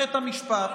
במערכת המשפט.